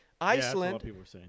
Iceland